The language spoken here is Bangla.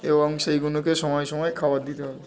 এবং সেইগুলোকে সময় সময় খাবার দিতে হবে